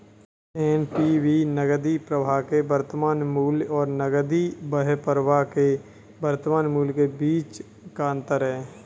NPV नकदी प्रवाह के वर्तमान मूल्य और नकदी बहिर्वाह के वर्तमान मूल्य के बीच का अंतर है